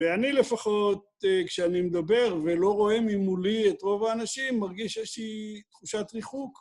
ואני לפחות, כשאני מדבר ולא רואה ממולי את רוב האנשים, מרגיש איזושהי תחושת ריחוק.